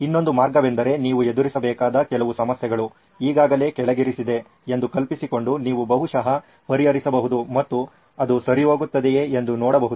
ಇನ್ನೊಂದು ಮಾರ್ಗವೆಂದರೆ ನೀವು ಎದುರಿಸಬೇಕಾದ ಕೆಲವು ಸಮಸ್ಯೆಗಳು ಈಗಾಗಲೇ ಕೆಳಗಿರಿಸಿದೇ ಎಂದು ಕಲ್ಪಿಸಿಕೊಂಡು ನೀವು ಬಹುಶಃ ಪರಿಹರಿಸಬಹುದು ಮತ್ತು ಅದು ಸರಿಹೊಂದುತ್ತದೆಯೇ ಎಂದು ನೋಡಬಹುದು